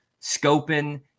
scoping